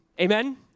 Amen